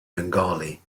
bengali